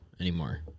anymore